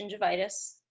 gingivitis